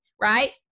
right